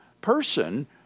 person